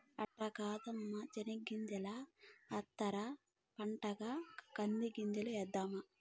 అట్ట కాదమ్మీ శెనగ్గింజల అంతర పంటగా కంది గింజలేద్దాము